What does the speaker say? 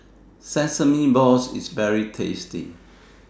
Sesame Balls IS very tasty